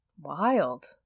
Wild